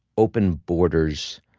open borders,